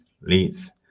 leads